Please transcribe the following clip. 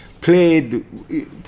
played